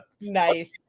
Nice